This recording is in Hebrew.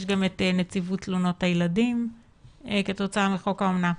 יש גם את נציבות תלונות הילדים כתוצאה מחוק האומנה.